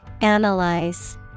Analyze